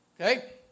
Okay